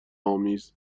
آمیز